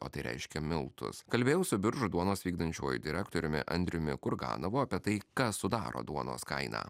o tai reiškia miltus kalbėjau su biržų duonos vykdančiuoju direktoriumi andriumi kurganovo apie tai kas sudaro duonos kainą